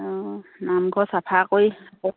অঁ নামঘৰ চাফা কৰি আকৌ